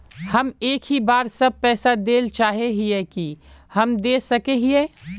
हम एक ही बार सब पैसा देल चाहे हिये की हम दे सके हीये?